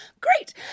Great